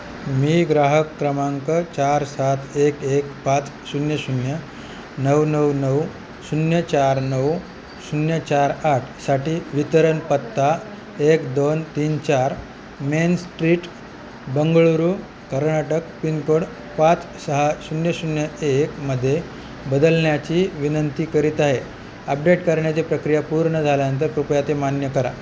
मी ग्राहक क्रमांक चार सात एक एक पाच शून्य शून्य नऊ नऊ नऊ शून्य चार नऊ शून्य चार आठसाठी वितरण पत्ता एक दोन तीन चार main street Bengaluru Karnataka pin code पाच सहा शून्य शून्य एक मध्ये बदलण्याची विनंती करीत आहे अपडेट करण्याची प्रक्रिया पूर्ण झाल्यानंतर कृपया ते मान्य करा